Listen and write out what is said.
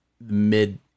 mid